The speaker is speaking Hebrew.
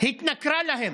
והתנכרה להם.